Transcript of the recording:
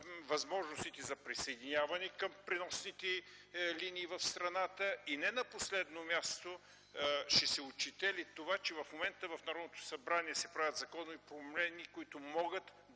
възможностите за присъединяване към преносните линии в страната. Не на последно място, ще се отчете ли това, че в момента в Народното събрание се правят законови промени, които могат